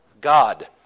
God